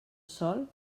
sol